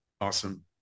Awesome